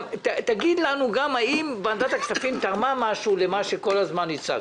תגיד לנו גם האם ועדת הכספים תרמה משהו למה שכל הזמן הצגת.